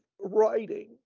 writing